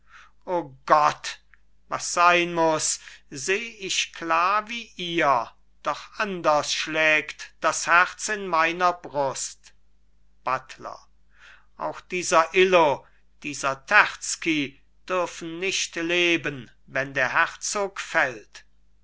o gott was sein muß seh ich klar wie ihr doch anders schlägt das herz in meiner brust buttler auch dieser illo dieser terzky dürfen nicht leben wenn der herzog fällt